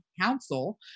council